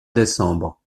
décembre